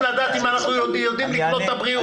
לדעת אם אנחנו יודעים לקנות את הבריאות.